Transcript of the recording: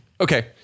Okay